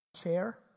chair